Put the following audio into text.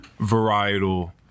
varietal